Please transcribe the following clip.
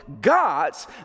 God's